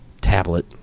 tablet